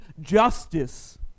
justice